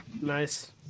Nice